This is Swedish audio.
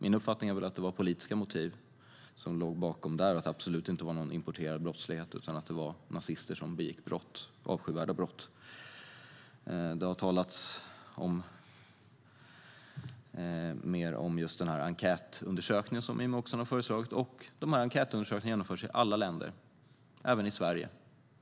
Min uppfattning är att det var politiska motiv som låg bakom där och att det absolut inte var någon importerad brottslighet utan att det var nazister som begick brott, avskyvärda brott. Det har talats mer om den enkätundersökning som Jimmie Åkesson har föreslagit. Sådana enkätundersökningar genomförs i alla länder, även i Sverige.